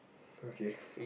okay